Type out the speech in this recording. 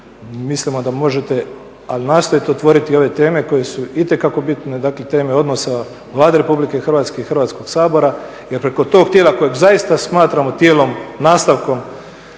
mislimo da možete, ali nastojte otvoriti ove teme koje su itekako bitne, dakle teme odnosa Vlade Republike Hrvatske i Hrvatskog sabora jer preko tog tijela kojeg zaista smatramo tijelom nastavkom